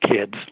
kids